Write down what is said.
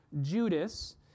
Judas